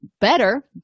better